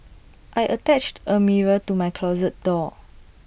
I attached A mirror to my closet door